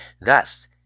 Thus